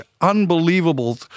unbelievable